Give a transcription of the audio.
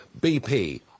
BP